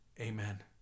amen